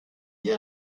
ihr